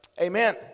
Amen